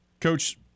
Coach